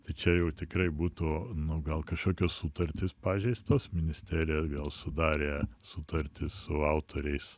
tai čia jau tikrai būtų nu gal kažkokios sutartys pažeistos ministerija vėl sudarė sutartį su autoriais